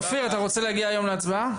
אתה רוצה להגיע היום להצבעה?